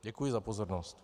Děkuji za pozornost.